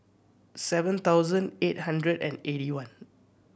seven thousand eight hundred and eighty one